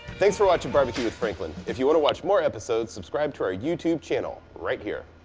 thanks for watching bbq with franklin. if you wanna watch more episodes, subscribe to our youtube channel. right here,